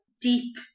deep